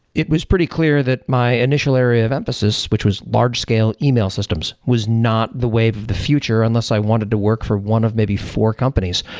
it was pretty clear that my initial area of emphasis, which was large scale email systems, was not the wave of the future unless i wanted to work for one of maybe four companies.